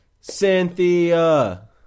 cynthia